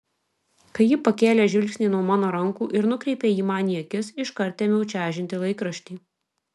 kai ji pakėlė žvilgsnį nuo mano rankų ir nukreipė jį man į akis iškart ėmiau čežinti laikraštį